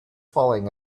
falling